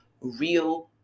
real